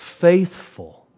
faithful